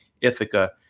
Ithaca